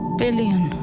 billion